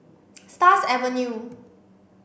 Stars Avenue